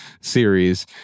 series